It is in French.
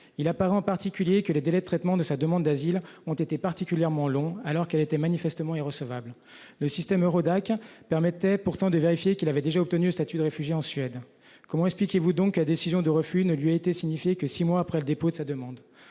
il pas en particulier que les délais de traitement de sa demande d'asile ont été particulièrement long alors qu'elle était manifestement irrecevable. Le système Eurodac permettait pourtant de vérifier qu'il avait déjà obtenu le statut de réfugié en Suède. Comment expliquez-vous donc la décision de refus ne lui a été signifié que 6 mois après le dépôt de sa demande